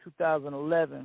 2011